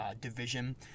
division